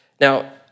Now